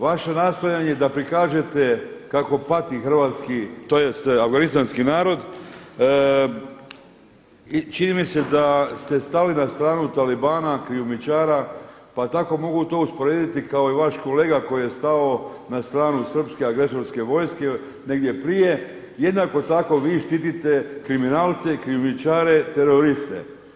Vaše nastojanje da prikažete kako pati afganistanski narod, čini mi ste da ste tali na stranu talibana, krijumčara pa tako to mogu usporediti kao vaš kolega koji je stao na stranu srpske agresorske vojske negdje prije, jednako tako vi štitite kriminalce, krijumčare, teroriste.